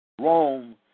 Rome